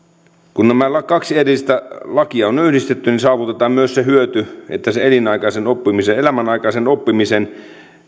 kun nämä kaksi erillistä lakia on yhdistetty niin saavutetaan myös se hyöty että se elämänaikaisen oppimisen elämänaikaisen oppimisen